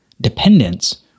dependence